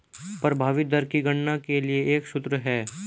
प्रभावी दर की गणना के लिए एक सूत्र है